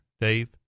Dave